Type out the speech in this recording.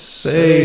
say